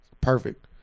Perfect